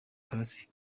classic